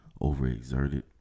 overexerted